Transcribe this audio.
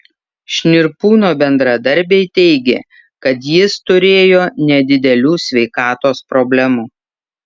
šnirpūno bendradarbiai teigė kad jis turėjo nedidelių sveikatos problemų